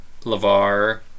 Lavar